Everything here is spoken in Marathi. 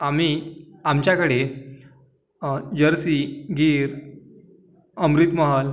आम्ही आमच्याकडे जर्सी गीर अमृतमहल